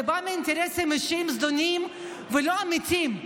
זה בא מאינטרסים אישיים זדוניים ולא אמיתיים.